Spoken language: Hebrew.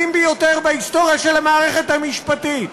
ביותר בהיסטוריה של המערכת המשפטית,